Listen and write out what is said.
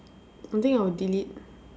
I think I'll delete